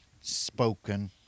spoken